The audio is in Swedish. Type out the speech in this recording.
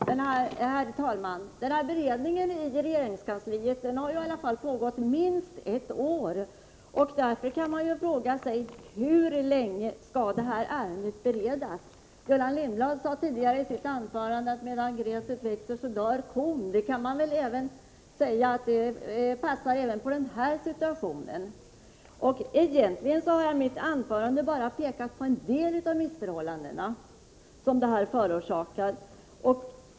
Herr talman! Denna beredning i regeringskansliet har i alla fall pågått i minst ett år. Därför kan man fråga sig: Hur länge skall det här ärendet beredas? Gullan Lindblad sade i sitt anförande att medan gräset växer dör kon. Det talesättet passar även in på den här situationen. Egentligen har jag i mitt anförande bara pekat på en del av de missförhållanden som dessa bestämmelser förorsakar.